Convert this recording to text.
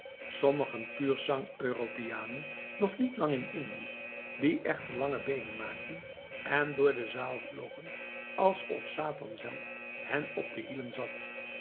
sommige pur sang europeanen nog niet lang in indië die echter lange benen maakten en door de zaal vlogen alsof satan zelf hen op de hielen zat